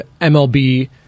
MLB